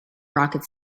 rocket